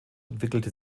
entwickelte